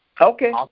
Okay